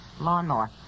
Lawnmower